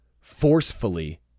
forcefully